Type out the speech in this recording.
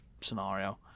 scenario